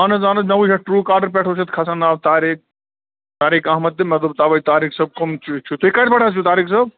اہن حظ اَہن حظ مےٚ وچھ اَتھ ٹرٛوکالر پٮ۪ٹھ اوس یَتھ کھسان ناو طاریق طاریق احمد تہٕ مےٚ دوٚپ تَوٕے طاریق صٲب کم چھُو تُہۍ کَتہِ پٮ۪ٹھ حظ چھُو طاریق صٲب